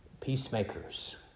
peacemakers